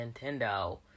Nintendo